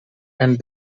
and